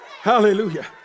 Hallelujah